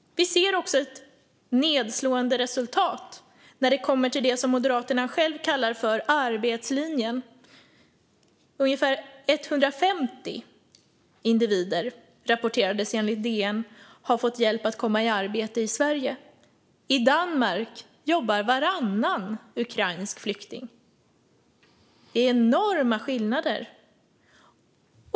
Vi ser också ett nedslående resultat när det kommer till det som Moderaterna själva kallar för arbetslinjen. Ungefär 150 individer rapporteras enligt DN ha fått hjälp att komma i arbete i Sverige. I Danmark jobbar varannan ukrainsk flykting. Det är enorma skillnader.